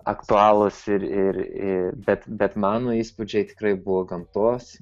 aktualūs ir ir į bet bet mano įspūdžiai tikrai buvo gamtos